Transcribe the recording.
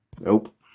Nope